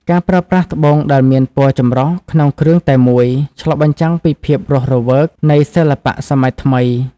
ការប្រើប្រាស់ត្បូងដែលមានពណ៌ចម្រុះក្នុងគ្រឿងតែមួយ ឆ្លុះបញ្ចាំងពីភាពរស់រវើកនៃសិល្បៈសម័យថ្មី។